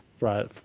right